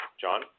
John